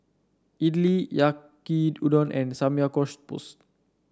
Idili Yaki Udon and Samgyeopsal